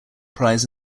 prize